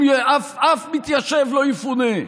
אף מתיישב לא יפונה.